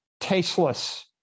tasteless